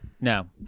No